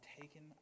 taken